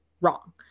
wrong